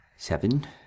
Seven